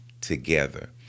together